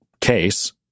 case